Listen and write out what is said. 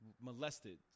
molested